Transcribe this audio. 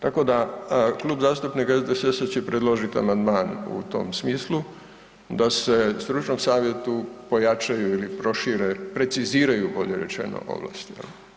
Tako da Klub zastupnika SDSS-a će predložiti amandman u tom smislu da se stručnom savjetu pojačaju ili prošire, preciziraju bolje rečeno, ovlasti.